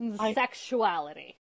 Sexuality